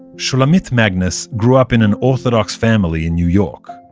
shulamit magnus grew up in an orthodox family in new york.